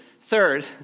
third